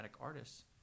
artists